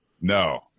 No